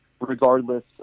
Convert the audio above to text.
regardless